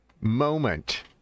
moment